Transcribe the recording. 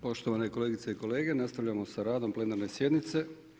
Poštovane kolegice i kolege, nastavljamo sa radom plenarne sjednice.